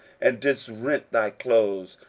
and didst rend thy clothes,